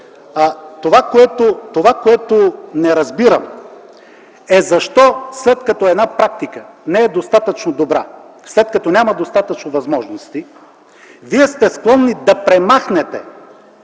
Това, което не разбирам, е защо след като една практика не е достатъчно добра, след като няма достатъчно възможности, вие сте склонни да премахнете